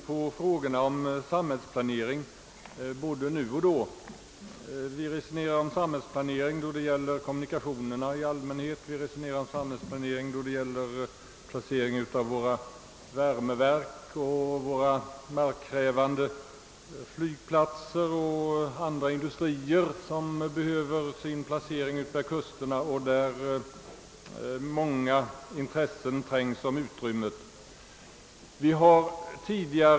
Vi behandlar här samhällsplaneringsfrågor från tid till annan, exempelvis när det gäller kommunikationerna, placeringen av värmeverk, markkrävande flygplatser och industrier, som behöver placeras utmed kusterna där många intressen trängs om utrymmet.